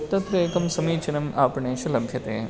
तत्र एकं समीचीनम् आपणेषु लभ्यते